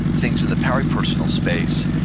things in the peripersonal space,